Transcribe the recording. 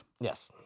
Yes